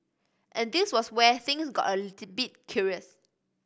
and this was where things got a little bit curious